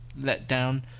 letdown